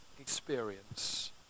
experience